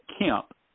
kemp